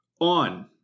on